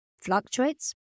fluctuates